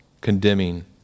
condemning